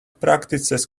practices